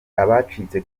abacitse